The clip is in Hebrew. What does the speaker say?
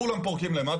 כולם פורקים למטה,